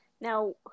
Now